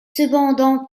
cependant